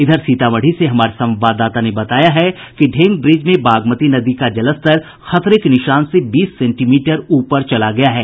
इधर सीतामढ़ी से हमारे संवाददाता ने बताया है कि ढेंग ब्रिज में बागमती नदी का जलस्तर खतरे के निशान से बीस सेंटीमीटर ऊपर चला गया है